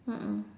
mm mm